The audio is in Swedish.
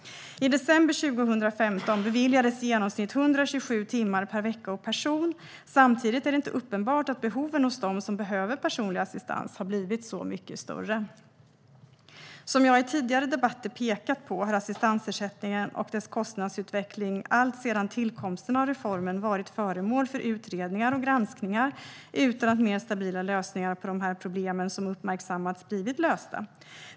I december 2015 beviljades i genomsnitt 127 timmar per vecka och person. Samtidigt är det inte uppenbart att behoven hos dem som behöver personlig assistans har blivit så mycket större. Som jag i tidigare debatter pekat på har assistansersättningen och dess kostnadsutveckling alltsedan tillkomsten av reformen varit föremål för utredningar och granskningar, utan att mer stabila lösningar på de problem som uppmärksammats har kunnat hittas.